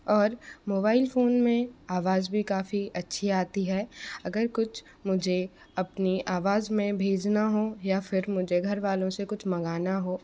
और mobile phone में आवाज़ भी काफ़ी अच्छी आती है अगर कुछ मुझे अपनी आवाज़ में भेजना हो या फिर मुझे घर वालों से कुछ मंगाना हो